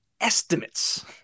estimates